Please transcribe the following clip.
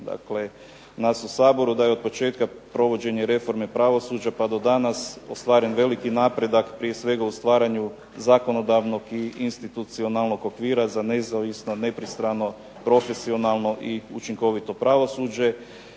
dakle nas u Saboru, da je od početka provođenja reforme pravosuđa pa do danas ostvaren veliki napredak, prije svega u stvaranju zakonodavnog i institucionalnog okvira za nezavisno, nepristrano, profesionalno i učinkovito pravosuđe